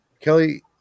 Kelly